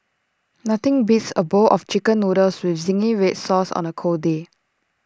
nothing beats A bowl of Chicken Noodles with Zingy Red Sauce on A cold day